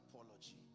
apology